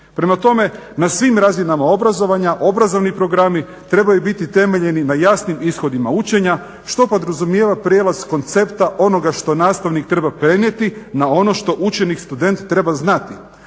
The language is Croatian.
Prema tome na svim razinama obrazovanja obrazovni programi trebaju biti temeljeni na jasnim ishodima učenja što podrazumijeva prijelaz koncepta onoga što nastavnik treba prenijeti na ono što učenik student treba znati.